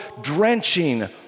drenching